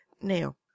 Now